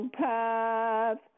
path